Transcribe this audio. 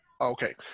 okay